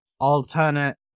alternate